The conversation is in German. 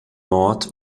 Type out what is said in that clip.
mord